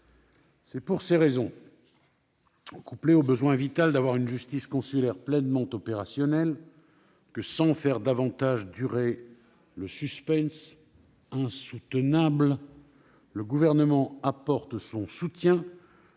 C'est pour ces raisons, couplées au besoin vital de disposer d'une justice consulaire pleinement opérationnelle, que, sans faire durer un suspense insoutenable, le Gouvernement apporte son soutien